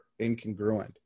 incongruent